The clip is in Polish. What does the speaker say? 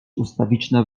ustawiczne